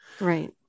Right